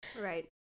Right